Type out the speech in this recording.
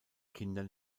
kindern